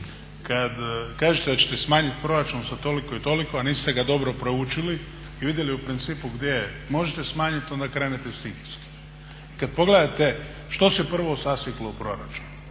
kad kažete da ćete smanjiti proračun za toliko i toliko a niste ga dobro proučili i vidjeli u principu gdje možete smanjiti onda krenete …/Govornik se ne razumije./… I kad pogledate što se prvo sasjeklo u proračunu,